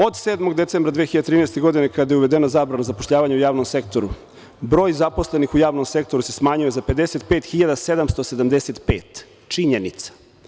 Od 7. decembra 2013. godine kada je uvedena zabrana zapošljavanja u javnom sektoru broj zaposlenih u javnom sektoru se smanjio za 55.775 - činjenica.